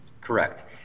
Correct